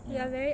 ya